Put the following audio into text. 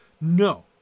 No